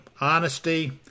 honesty